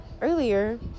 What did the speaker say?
earlier